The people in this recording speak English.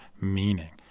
meaning